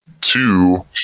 Two